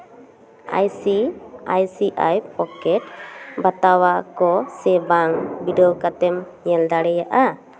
I C I C I pocket ᱵᱟᱛᱟᱣᱟᱠᱚ ᱥᱮ ᱵᱟᱝ ᱵᱤᱰᱟᱹᱣ ᱠᱟᱛᱮᱢ ᱧᱮᱞ ᱫᱟᱲᱮᱭᱟᱜᱼᱟ